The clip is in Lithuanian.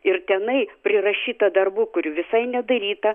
ir tenai prirašyta darbų kurių visai nedaryta